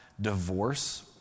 divorce